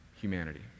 humanity